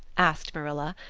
asked marilla,